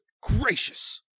gracious